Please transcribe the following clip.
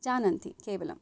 जानन्ति केवलम्